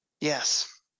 Yes